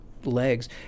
legs